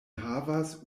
havas